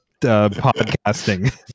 podcasting